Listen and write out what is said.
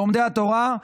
לומדי התורה,